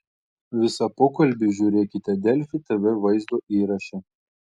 visą pokalbį žiūrėkite delfi tv vaizdo įraše